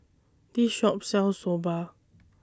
This Shop sells Soba